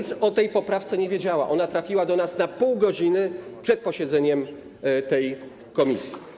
nic o tej poprawce nie wiedziała, ona trafiła do nas na pół godziny przed posiedzeniem tej komisji.